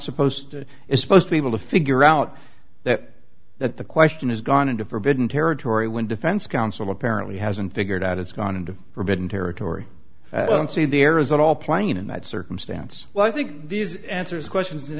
supposed to is supposed to be able to figure out that that the question has gone into forbidden territory when defense counsel apparently hasn't figured out it's gone into forbidden territory i don't see the arizona all playing in that circumstance well i think these answers questions